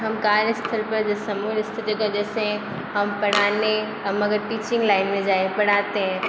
हम कार्य स्थल पर जिस समय और किसी की वजह से हम पढ़ाने हम अगर टीचिंग लाइन में जाएं पढ़ाते हैं